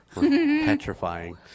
petrifying